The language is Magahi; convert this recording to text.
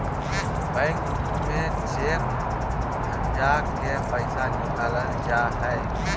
बैंक में चेक भंजा के पैसा निकालल जा हय